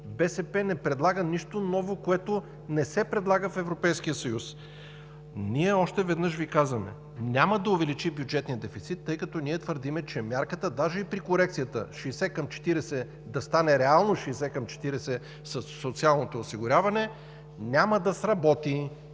БСП не предлага нищо ново, което не се предлага в Европейския съюз. Още веднъж Ви казваме: няма да увеличи бюджетния дефицит, тъй като ние твърдим, че мярката, даже и при корекцията 60/40 да стане реално 60/40 със социалното осигуряване, няма да сработи.